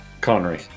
Connery